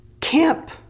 Camp